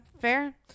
fair